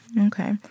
Okay